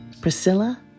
Priscilla